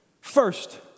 First